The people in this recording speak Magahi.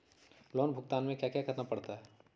लोन भुगतान में क्या क्या करना पड़ता है